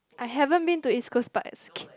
I haven't been to East Coast Park